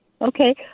Okay